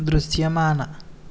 దృశ్యమాన